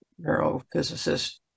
neurophysicist